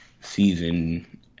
season